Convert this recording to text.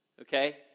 okay